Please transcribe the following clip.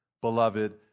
Beloved